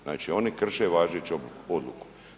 Znači oni krše važeću odluku.